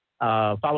Follow